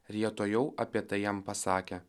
ir jie tuojau apie tai jam pasakė